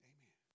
Amen